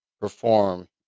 perform